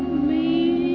me.